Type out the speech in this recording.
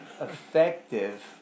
effective